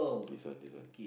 this one this one